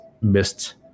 missed